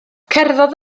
cerddodd